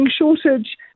shortage